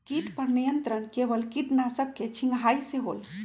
किट पर नियंत्रण केवल किटनाशक के छिंगहाई से होल?